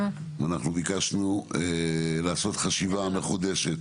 אנחנו ביקשנו לעשות חשיבה מחודשת